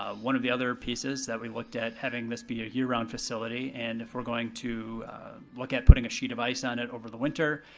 ah one of the other pieces that we looked at, having this be a year-round facility, and if we're going to look at putting a sheet of ice over it over the winter,